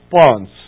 response